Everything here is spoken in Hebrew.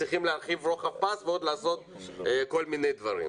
צריכים להרחיב רוחב פס ועוד לעשות כל מיני דברים.